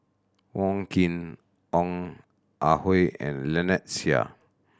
Wong Keen Ong Ah Hoi and Lynnette Seah